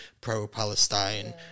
pro-palestine